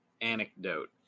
anecdote